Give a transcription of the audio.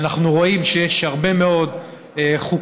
אנחנו רואים שיש הרבה מאוד חוקים,